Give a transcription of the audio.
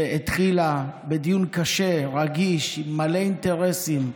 שהתחילה בדיון קשה, רגיש, מלא אינטרסים,